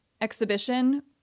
exhibition